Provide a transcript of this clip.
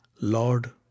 Lord